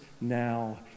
now